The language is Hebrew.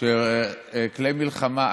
כלי מלחמה,